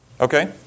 Okay